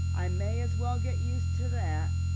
i may as well get used to that.